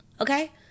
Okay